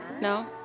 No